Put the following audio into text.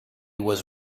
was